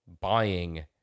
buying